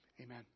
Amen